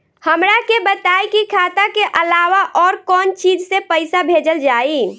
हमरा के बताई की खाता के अलावा और कौन चीज से पइसा भेजल जाई?